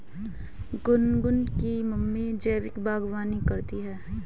गुनगुन की मम्मी जैविक बागवानी करती है